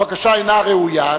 ואם הבקשה אינה ראויה,